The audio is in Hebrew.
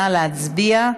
נא להצביע.